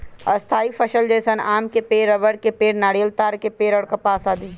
स्थायी फसल जैसन आम के पेड़, रबड़ के पेड़, नारियल, ताड़ के पेड़ और कपास आदि